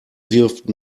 wirft